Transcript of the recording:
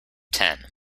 ten